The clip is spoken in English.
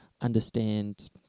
understand